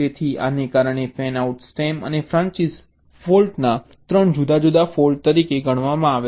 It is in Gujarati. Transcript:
તેથી આને કારણે ફેનઆઉટ સ્ટેમ અને બ્રાન્ચિઝના ફૉલ્ટોને 3 જુદા જુદા ફૉલ્ટ તરીકે ગણવામાં આવે છે